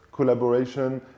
Collaboration